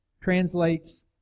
translates